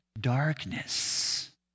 darkness